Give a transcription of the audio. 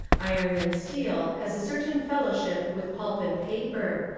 iron and steel has a certain fellowship with pulp and paper,